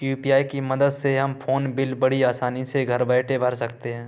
UPI की मदद से हम फ़ोन बिल बड़ी आसानी से घर बैठे भर सकते हैं